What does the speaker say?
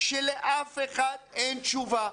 שלאף אחד אין תשובה?